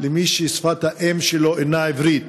מי ששפת האם שלו אינה עברית,